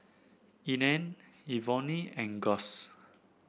Ena Evonne and Gus